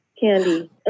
Candy